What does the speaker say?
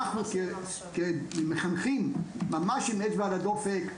אנחנו כמחנכים עם אצבע על הדופק.